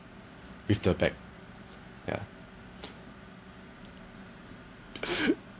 with the bag yeah